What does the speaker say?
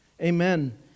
Amen